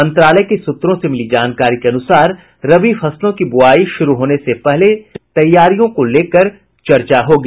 मंत्रालय के सूत्रों से मिली जानकारी के अनुसार रबी फसलों की बुआई शुरू होने से पहले तैयारियों को पूरी करने को लेकर चर्चा होगी